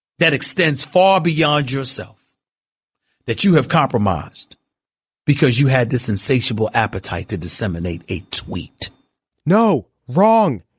that extends far beyond yourself that you have compromised because you had this insatiable appetite to disseminate a tweet no. wrong.